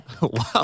wow